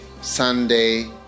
sunday